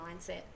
mindset